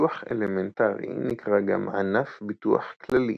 ביטוח אלמנטרי נקרא גם ענף ביטוח כללי.